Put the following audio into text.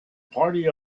party